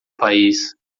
país